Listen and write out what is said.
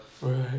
Right